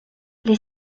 les